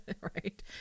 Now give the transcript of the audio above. Right